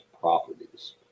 properties